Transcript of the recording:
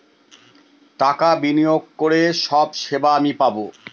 টাকা বিনিয়োগ করে সব সেবা আমি পাবো